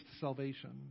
salvation